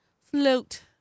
float